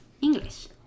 English